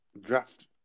draft